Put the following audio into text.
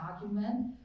argument